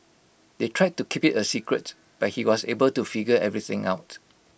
they tried to keep IT A secret but he was able to figure everything out